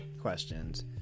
questions